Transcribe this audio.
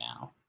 now